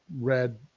read